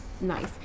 nice